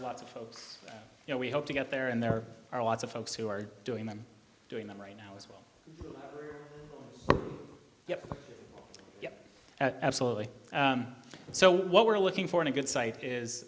lots of folks you know we hope to get there and there are lots of folks who are doing them doing that right now as well yes at absolutely so what we're looking for in a good site is